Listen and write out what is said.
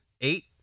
Eight